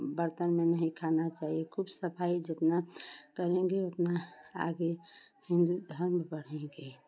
बर्तन में नहीं खाना चाहिए खूब सफ़ाई जितनी करेंगे उतना आगे हिन्दू धर्म बढ़ेंगे